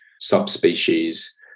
subspecies